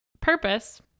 purpose